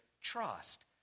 trust